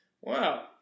wow